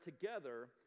together